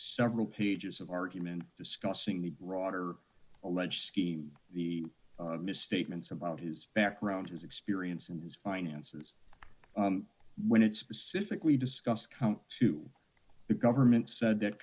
several pages of argument discussing the broader alleged scheme the misstatements about his background his experience and his finances when it specifically discussed come to the government said that